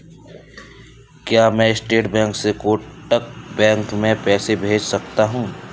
क्या मैं state bank से कोटक बैंक में पैसे भेज सकता हूँ?